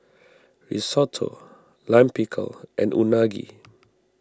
Risotto Lime Pickle and Unagi